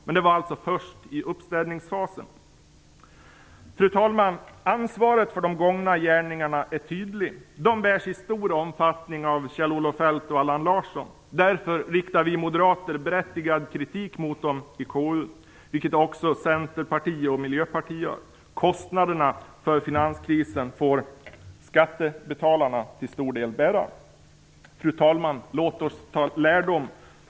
Men det var alltså först i uppstädningsfasen. Fru talman! Ansvaret för de gångna gärningarna är tydlig. Det bärs i stor omfattning av Kjell-Olof Feldt och Allan Larsson. Därför riktar vi moderater berättigad kritik mot dem i KU, vilket också Centerpartiet och Miljöpartiet gör. Kostnaderna för finanskrisen får skattebetalarna till stor del bära. Fru talman! Låt oss ta lärdom.